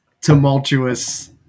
tumultuous